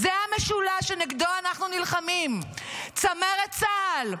שנגדו אנחנו נלחמים: צמרת צה"ל,